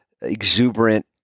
exuberant